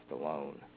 alone